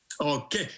Okay